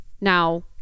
now